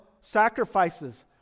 sacrifices